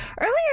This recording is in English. Earlier